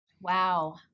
Wow